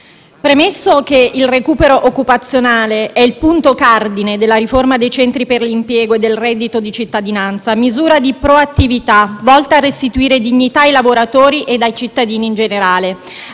premesso che il recupero occupazionale è il punto cardine della riforma dei centri per l'impiego e del reddito di cittadinanza, misura di proattività volta a restituire dignità ai lavoratori ed ai cittadini in generale,